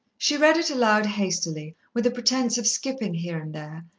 she read it aloud hastily, with a pretence of skipping here and there,